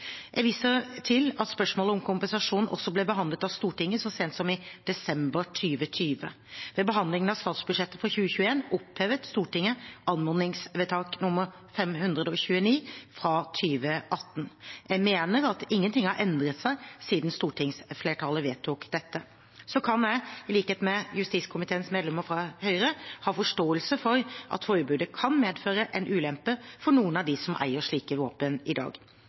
Jeg viser til at spørsmålet om kompensasjon også ble behandlet av Stortinget så sent som i desember 2020. Ved behandlingen av statsbudsjettet for 2021 opphevet Stortinget anmodningsvedtak nr. 529 fra 2018. Jeg mener at ingenting har endret seg siden stortingsflertallet vedtok det. Jeg kan, i likhet med justiskomiteens medlemmer fra Høyre, ha forståelse for at forbudet kan medføre en ulempe for noen av dem som eier slike våpen i dag.